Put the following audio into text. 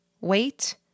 wait